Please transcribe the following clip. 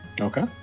okay